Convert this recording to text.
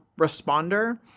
responder